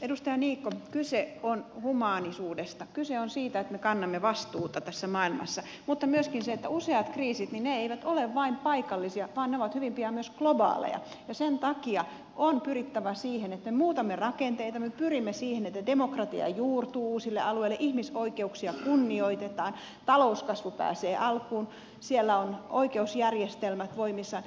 edustaja niikko kyse on humaanisuudesta kyse on siitä että me kannamme vastuuta tässä maailmassa mutta myöskin siitä että useat kriisit eivät ole vain paikallisia vaan ne ovat hyvin pian myös globaaleja ja sen takia on pyrittävä siihen että me muutamme rakenteita pyrimme siihen että demokratia juurtuu sille alueelle ihmisoikeuksia kunnioitetaan talouskasvu pääsee alkuun ja siellä ovat oikeusjärjestelmät voimissaan